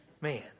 Man